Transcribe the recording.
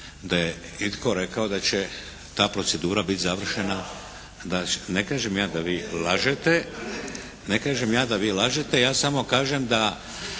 da je itko rekao da će ta procedura biti završena …… /Upadica se ne čuje./… Ne kažem ja da vi lažete, ja samo kažem da